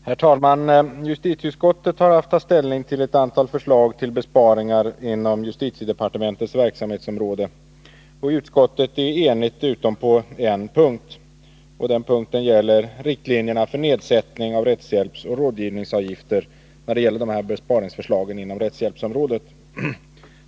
Herr talman! Justitieutskottet har haft att ta ställning till ett antal förslag till besparingar inom justitiedepartementets verksamhetsområde. Utskottet är enigt utom på en punkt. Det gäller riktlinjerna för nedsättning av rättshjälpsoch rådgivningsavgifter i vad gäller besparingsförslagen inom rättshjälpsområdet.